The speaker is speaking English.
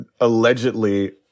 allegedly